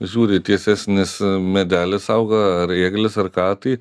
žiūri tiesesnis medelis auga ar ėglis ar ką tai